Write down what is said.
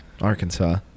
arkansas